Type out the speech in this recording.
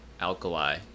alkali